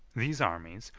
these armies,